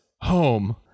home